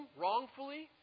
wrongfully